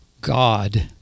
God